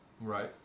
Right